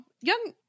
young